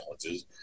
challenges